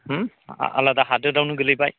आलादा हादरावनो गोलैबाय